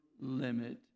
limit